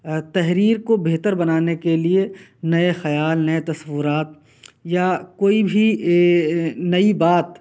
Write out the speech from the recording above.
تحریر کو بہتر بنانے کے لیے نئے خیال نئے تصورات یا کوئی بھی نئی بات